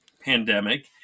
pandemic